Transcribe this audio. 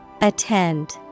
attend